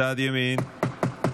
צד ימין,